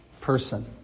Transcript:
person